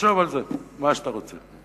תחשוב על זה מה שאתה רוצה.